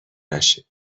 نشه